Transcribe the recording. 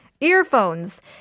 Earphones